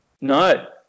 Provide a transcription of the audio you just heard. No